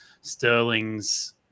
Sterling's